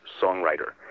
songwriter